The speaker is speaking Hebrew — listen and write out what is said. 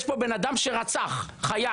יש פה בן אדם שרצח חייל.